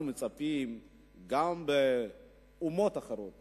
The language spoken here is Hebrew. אנחנו מצפים גם מהאומות האחרות